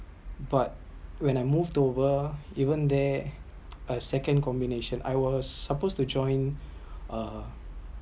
but when I move over even there I second combination I was supposed to join a